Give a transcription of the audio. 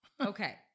Okay